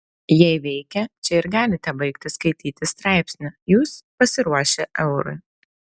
jei veikia čia ir galite baigti skaityti straipsnį jūs pasiruošę eurui